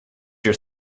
your